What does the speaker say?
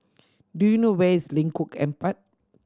do you know where is Lengkok Empat